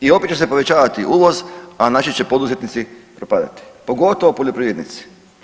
I opet će se povećavati uvoz, a naši će poduzetnici propadati, pogotovo poljoprivrednici.